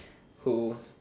who